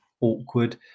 awkward